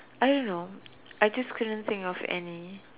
I don't know I just couldn't think of any